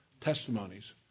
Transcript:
testimonies